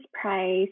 price